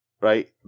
right